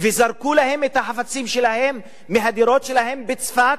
וזרקו להם את החפצים שלהם מהדירות שלהם בצפת?